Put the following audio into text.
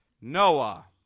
Noah